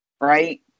Right